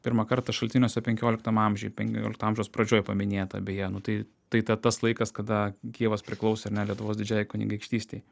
pirmą kartą šaltiniuose penkioliktam amžiuj penkiolikto amžiaus pradžioj paminėta beje nu tai tai ta tas laikas kada kijevas priklausė ar ne lietuvos didžiajai kunigaikštystei